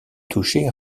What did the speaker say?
touchées